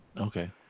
okay